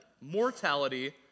mortality